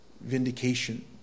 vindication